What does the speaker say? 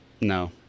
no